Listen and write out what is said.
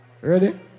Ready